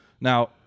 Now